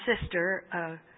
sister